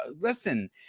listen